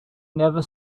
never